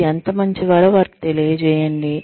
మీరు ఎంత మంచివారో వారికి తెలియజేయండి